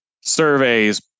surveys